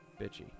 bitchy